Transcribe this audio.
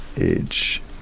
age